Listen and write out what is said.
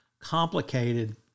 complicated